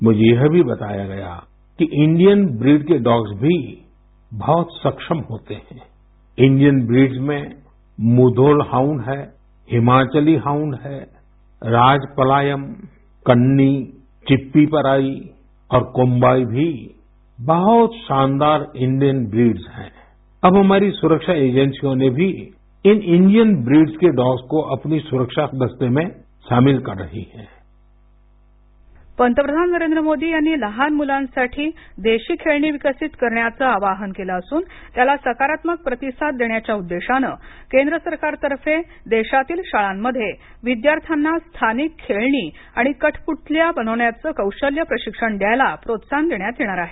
मुझे यह भी बताया गया के इंडिअन ब्रीड के डॉग भी बहोत सक्षम होते है इंडिअन ब्रीडस् में मुधोल हाउंड है हिमाचली हाउंड है राजपलायम कन्नी चीप्पीपराई कोंबाय भी बहोत शानदार इंडिअन ब्रीडस् है अब हमारी सुरक्षा एजन्सीयोने भी इन इंडिअन ब्रीडस् के डॉग्स को अपने सुरक्षा दस्ते में शामिल कर रहे है देशी खेळणी पंतप्रधान नरेंद्र मोदी यांनी लहान मुलांसाठी देशी खेळणी विकसित करण्याचं आवाहन केलं असून त्याला सकारात्मक प्रतिसाद देण्याच्या उद्देशानं केंद्र सरकारतर्फे देशातील शाळांमध्ये विद्यार्थ्यांना स्थानिक खेळणी आणि कठपुतळ्या बनवण्याचं कौशल्य प्रशिक्षण द्यायला प्रोत्साहन देण्यात येणार आहे